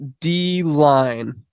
D-line